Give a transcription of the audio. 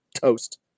toast